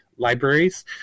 libraries